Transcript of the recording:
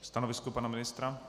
Stanovisko pana ministra?